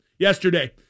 Yesterday